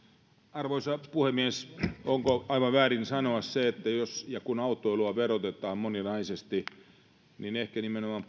arvoisa puhemies onko aivan väärin sanoa se että jos ja kun autoilua verotetaan moninaisesti niin ehkä nimenomaan